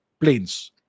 planes